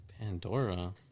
Pandora